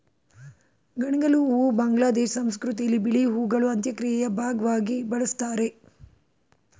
ಗಣಿಗಲು ಹೂ ಬಾಂಗ್ಲಾದೇಶ ಸಂಸ್ಕೃತಿಲಿ ಬಿಳಿ ಹೂಗಳು ಅಂತ್ಯಕ್ರಿಯೆಯ ಭಾಗ್ವಾಗಿ ಬಳುಸ್ತಾರೆ